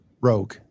Rogue